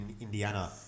Indiana